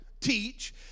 teach